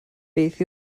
beth